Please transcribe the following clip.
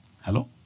Hello